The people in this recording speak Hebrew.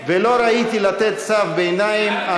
"ולא ראיתי לתת צו ביניים" הכנסת.